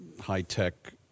high-tech